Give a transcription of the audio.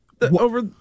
Over